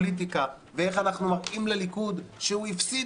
אם תכניסו פה פוליטיקה ואיך אנחנו מראים לליכוד שהוא הפסיד